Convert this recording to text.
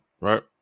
right